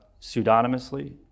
pseudonymously